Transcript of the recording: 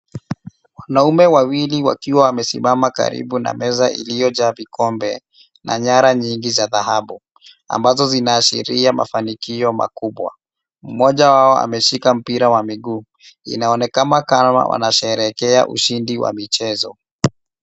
Wanaume wawili wakiwa wamesimama karibu na meza iliyojaa vikombe na nyara nyingi za dhahabu ambazo zinaashiria mafanikio makubwa. Mmoja wao ameshika mpira wa miguu. Inaonekana kama wanasherehekea ushindi wa michezo.